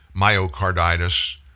myocarditis